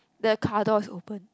the car door is open